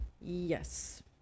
yes